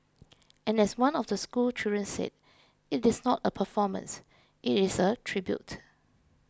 and as one of the schoolchildren said it is not a performance it is a tribute